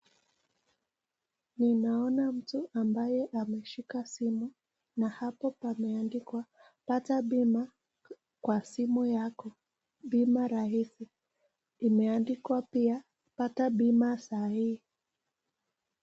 Mtu ameshika simu na hapa pameandikwa pata bima kwa simu yako ,bina rahisi na saa hii.